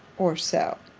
or so?